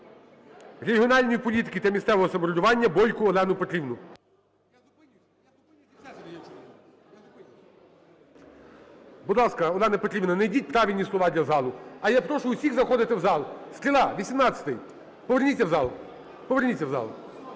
регіональної політики та місцевого самоврядування Бойко Олену Петрівну. Будь ласка, Олена Петрівна, знайдіть правильні слова для залу. А я прошу усіх заходити в зал. "Стріла", "18-й", поверніться в зал, поверніться в зал.